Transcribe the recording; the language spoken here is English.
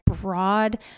broad